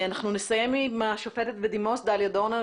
אנחנו נסיים עם השופטת בדימוס דליה דורנר